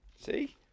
See